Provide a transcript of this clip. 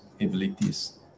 abilities